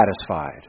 satisfied